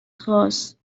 خواست